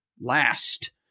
last